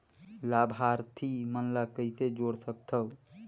लाभार्थी मन ल कइसे जोड़ सकथव?